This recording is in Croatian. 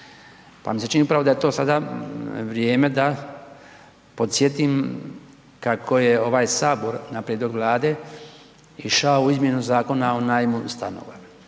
pa mi se čini, upravo da je to sada vrijeme da podsjetim kako je ovaj Sabor na prijedlog Vlade išao u izmjenu Zakona o najmu stanova.